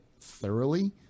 thoroughly